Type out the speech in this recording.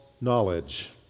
knowledge